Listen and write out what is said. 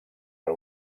per